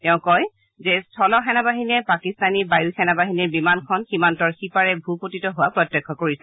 তেওঁ কয় যে স্থল সেনাবাহিনীয়ে পাকিস্তানী বায়ু সেনা বাহিনীৰ বিমানখন সীমান্তৰ সিপাৰে ভূপতিত হোৱা প্ৰত্যক্ষ কৰিছে